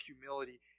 humility